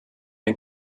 ein